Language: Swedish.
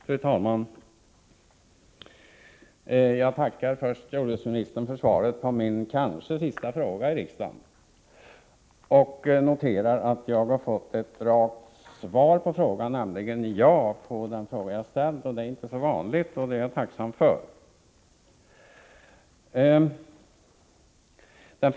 Fru talman! Jag tackar först jordbruksministern för svaret på min kanske sista fråga i riksdagen. Jag noterar att jag har fått ett rakt svar, nämligen ja, på den fråga jag har ställt. Jag är tacksam för detta, det är inte så vanligt.